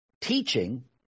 teaching